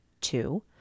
Two